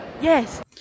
Yes